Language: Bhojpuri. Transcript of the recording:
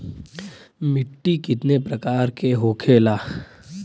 मिट्टी कितने प्रकार के होखेला?